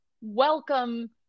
welcome